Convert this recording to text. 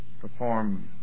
perform